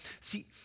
See